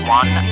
one